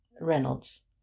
Reynolds